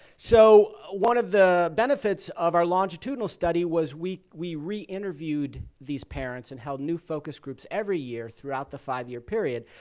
so one of the benefits of our longitudinal study was we we re-interviewed these parents and held new focus groups every year throughout the five-year period.